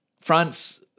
France